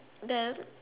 then